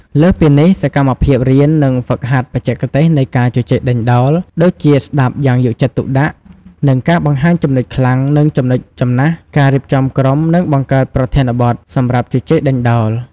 លើសពីនេះ សកម្មភាពរៀននិងហ្វឹកហាត់បច្ចេកទេសនៃការជជែកដេញដោល ដូចជាស្តាប់យ៉ាងយកចិត្តទុកដាក់ ការបង្ហាញចំណុចខ្លាំង និងចំណុចចំណាស់ ការរៀបចំក្រុម និងបង្កើតប្រធានបទសម្រាប់ជជែកដេញដោល។